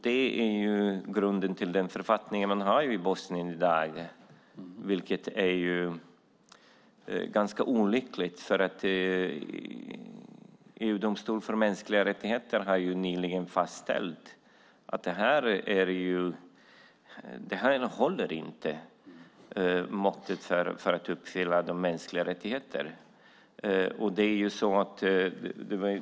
Det är grunden till den författning man nu har i Bosnien i dag, vilket är ganska olyckligt. EU-domstolen för mänskliga rättigheter har nyligen fastställt att den inte håller måttet för att uppfylla kraven när det gäller de mänskliga rättigheterna.